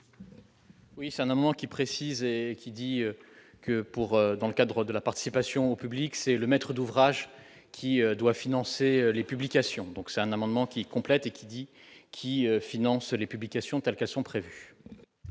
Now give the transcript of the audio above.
Oui, c'est un amant qui précise et qui dit que pour dans le cadre de la participation publique, c'est le maître d'ouvrage qui doit financer les publications, donc c'est un amendement qui complètent et qui dit : qui finance les publications telles qu'elles sont prévues.